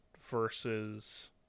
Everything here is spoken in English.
versus